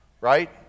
Right